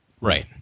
Right